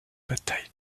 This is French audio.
bataille